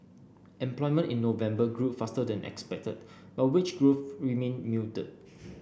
employment in November grew faster than expected but wage growth remained muted